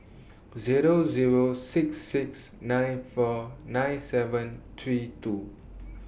Zero Zero six six nine four nine seven three two